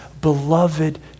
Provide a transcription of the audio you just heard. beloved